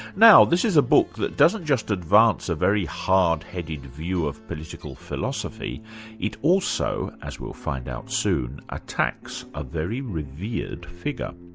now, this is a book that doesn't just advance a very hard-headed view of political philosophy it also, as we'll find out soon, attacks a very revered figure.